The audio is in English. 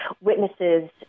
witnesses